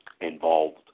involved